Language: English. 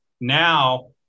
now